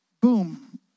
boom